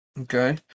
Okay